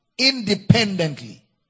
independently